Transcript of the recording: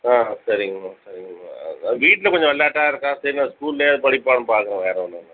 ஆ சரிங்க மேம் சரிங்க மேம் வீட்டில் கொஞ்சம் விளாட்டாக இருக்கான் சரி அவன் ஸ்கூல்லையாவது படிப்பான்னு பார்க்குறேன் வேறு ஒன்றும் இல்லை மேம்